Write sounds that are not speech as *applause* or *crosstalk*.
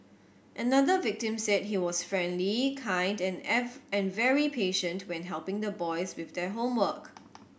another victim said he was friendly kind and *unintelligible* and very patient when helping the boys with their homework